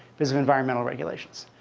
these are environmental regulations.